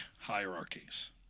hierarchies